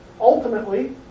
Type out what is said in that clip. ultimately